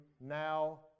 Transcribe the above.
Now